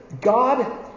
God